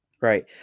Right